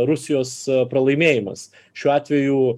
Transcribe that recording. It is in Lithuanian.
rusijos pralaimėjimas šiuo atveju